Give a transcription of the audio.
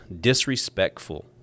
Disrespectful